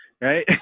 Right